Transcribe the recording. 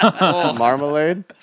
marmalade